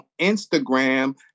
Instagram